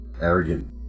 arrogant